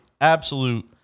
absolute